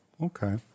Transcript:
okay